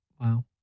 wow